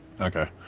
Okay